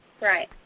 Right